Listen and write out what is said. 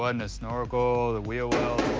ah and snorkel, the wheel well,